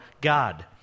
God